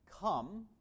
Come